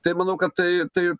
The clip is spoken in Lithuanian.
tai manau kad tai tai